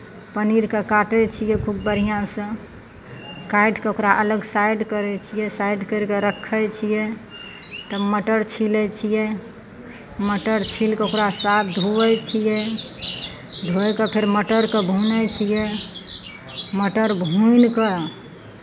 पनीरकेँ काटै छियै खूब बढ़िआँसँ काटि कऽ ओकरा अलग साइड करै छियै साइड करि कऽ रखै छियै तब मटर छीलै छियै मटर छील कऽ ओकरा साफ धोइत छियै धोए कऽ फेर मटरकेँ भूनै छियै मटर भूनि कऽ